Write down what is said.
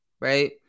right